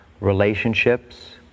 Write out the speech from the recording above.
relationships